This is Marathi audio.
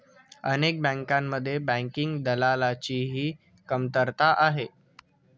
अनेक बँकांमध्ये बँकिंग दलालाची ही कमतरता आहे